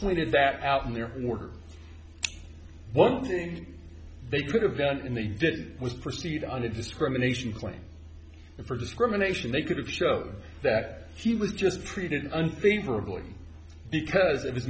pointed that out in their order one thing they could have done and they did was proceed on a discrimination claim for discrimination they could have showed that she was just treated unfavorably because